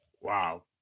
wow